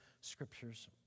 scriptures